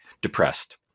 depressed